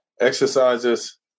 exercises